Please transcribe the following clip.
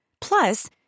Plus